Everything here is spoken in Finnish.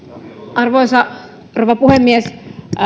arvoisa rouva puhemies